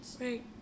Right